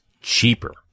cheaper